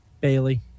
Bailey